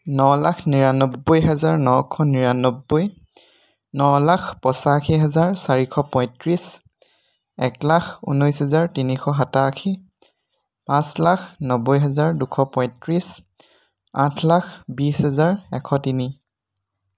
ন লাখ নিৰান্নব্বৈ হাজাৰ নশ নিৰান্নব্বৈ ন লাখ পঁচাশী হাজাৰ চাৰিশ পঁয়ত্ৰিছ এক লাখ ঊনৈছ হাজাৰ তিনিশ সাতাশী পাঁচ লাখ নব্বৈ হাজাৰ দুশ পঁয়ত্ৰিছ আঠ লাখ বিশ হাজাৰ এশ তিনি